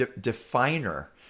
definer